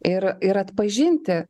ir ir atpažinti